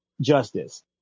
justice